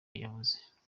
yavuze